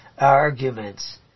arguments